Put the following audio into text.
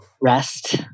rest